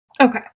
Okay